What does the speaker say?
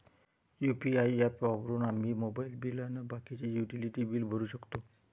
UPI app वापरून आम्ही mobile bill अन बाकीचे युटिलिटी बिल भरू शकतो